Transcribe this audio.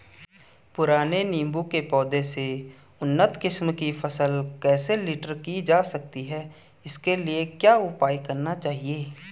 पुराने नीबूं के पौधें से उन्नत किस्म की फसल कैसे लीटर जा सकती है इसके लिए क्या उपाय करने चाहिए?